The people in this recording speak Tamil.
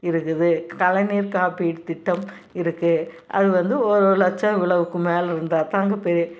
இருக்குது கலைஞர் காப்பீட்டு திட்டம் இருக்குது அது வந்து ஒரு லட்சம் இவ்வளோவுக்கு மேலே இருந்தால் தான் அங்கே பெரி